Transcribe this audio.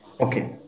Okay